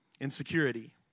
insecurity